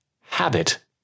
habit